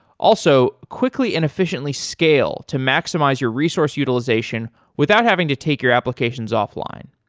also, quickly and efficiently scale to maximize your resource utilization without having to take your applications off-line.